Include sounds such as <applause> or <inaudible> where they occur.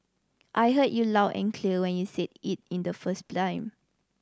I heard you loud and clear when you said it in the first <unintelligible>